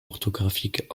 orthographique